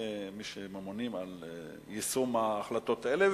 כמי שממונים על יישום ההחלטות האלה,